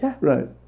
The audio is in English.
Right